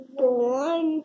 born